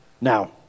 Now